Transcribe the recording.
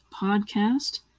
podcast